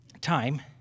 time